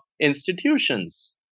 institutions